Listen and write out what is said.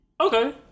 okay